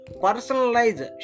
personalized